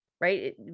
right